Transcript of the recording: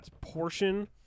portion